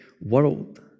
world